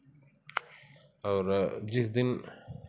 और जिस दिन